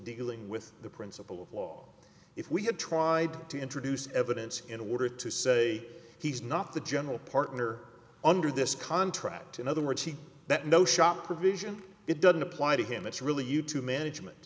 dealing with the principle of law if we had tried to introduce evidence in order to say he's not the general partner under this contract in other words he that no shop provision it doesn't apply to him it's really you to management